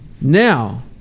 Now